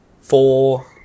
four